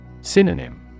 Synonym